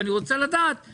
ואני רוצה לדעת,